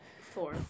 four